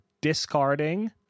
discarding